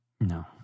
No